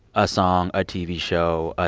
a song? a tv show? ah